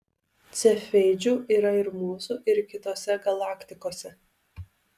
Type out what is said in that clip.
cefeidžių yra ir mūsų ir kitose galaktikose